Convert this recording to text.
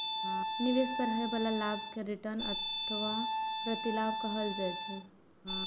निवेश पर होइ बला लाभ कें रिटर्न अथवा प्रतिलाभ कहल जाइ छै